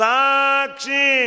Sakshi